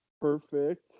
Perfect